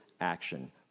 action